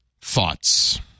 Thoughts